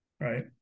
right